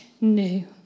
new